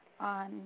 on